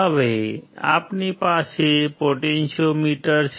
હવે આપણી પાસે પોટેન્ટીયોમીટર છે